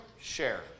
share